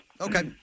Okay